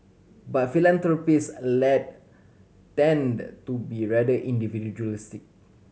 but philanthropist tend to be rather individualistic